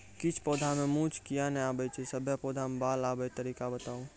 किछ पौधा मे मूँछ किये नै आबै छै, सभे पौधा मे बाल आबे तरीका बताऊ?